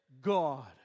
God